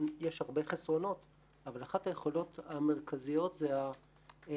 יש הרבה חסרונות אבל אחת היכולות המרכזיות היא המקוריות,